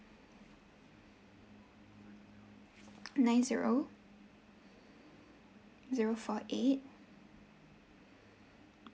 nine zero zero four eight